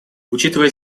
учитывая